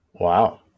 Wow